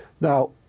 Now